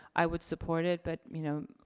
i would support it, but you know,